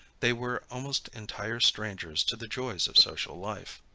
they were almost entire strangers to the joys of social life.